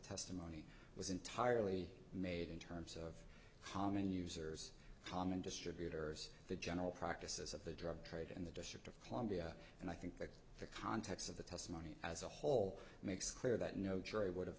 testimony was entirely made in terms of how many users common distributors the general practices of the drug trade in the district of columbia and i think that the context of the testimony as a whole makes clear that no jury would